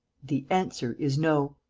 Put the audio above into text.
the answer is no.